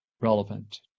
relevant